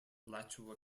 alachua